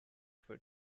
for